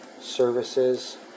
services